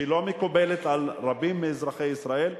שהיא לא מקובלת על רבים מאזרחי ישראל,